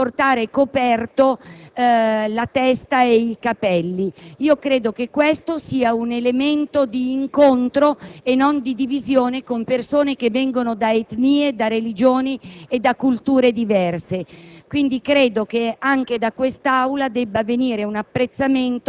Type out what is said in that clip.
l'obbligo di mostrare il viso; possono però portare coperti la testa e i capelli. Credo che questo sia un elemento di incontro e non di divisione nei confronti di persone provenienti da etnie, religioni e culture diverse.